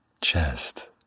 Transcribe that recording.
chest